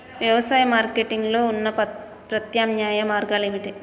వ్యవసాయ మార్కెటింగ్ లో ఉన్న ప్రత్యామ్నాయ మార్గాలు ఏమిటి?